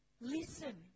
Listen